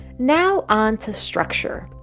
now onto structure,